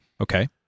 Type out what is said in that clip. Okay